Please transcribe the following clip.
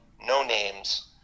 no-names